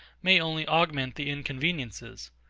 may only augment the inconveniences.